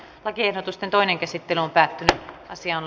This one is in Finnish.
lakiehdotusten toinen käsittely päättyi